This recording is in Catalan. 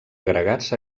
agregats